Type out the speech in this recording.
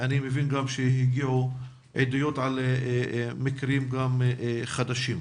אני מבין שגם הגיעו עדויות על מקרים חדשים.